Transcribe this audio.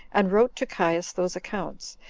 and wrote to caius those accounts,